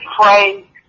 pray